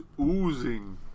oozing